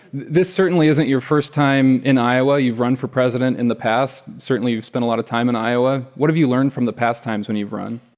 this certainly isn't your first time in iowa. you've run for president in the past. certainly, you've spent a lot of time in iowa. what have you learned from the past times when you've run?